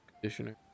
conditioner